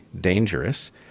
dangerous